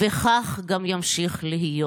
וכך גם ימשיך להיות.